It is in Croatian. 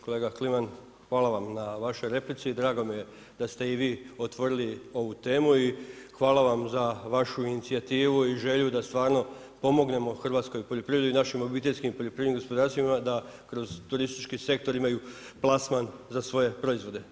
Kolega Kliman hvala vam na vašoj replici i drago mi je da ste i vi otvorili ovu temu i hvala vam za vašu inicijativu i želju da stvarno pomognemo hrvatskoj poljoprivredi i našim obiteljskim poljoprivrednim gospodarstvima da kroz turistički sektor imaju plasman za svoje proizvode.